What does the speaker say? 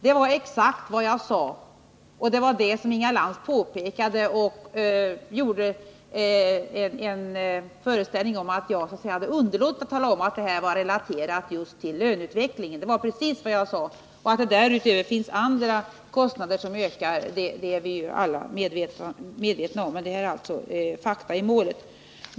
Det var exakt vad jag sade. Men Inga Lantz antydde att jag underlåtit att tala om att ökningen stod i relation just till löneutvecklingen. Att det dessutom finns andra kostnader som ökar är vi alla medvetna om. Men detta är fakta i målet.